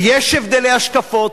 ויש הבדלי השקפות,